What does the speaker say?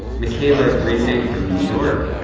michaela greendig from new york.